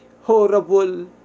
horrible